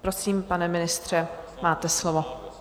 Prosím, pane ministře, máte slovo.